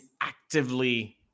actively